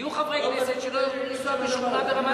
יהיו חברי כנסת שלא יוכלו לנסוע חברים,